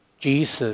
Jesus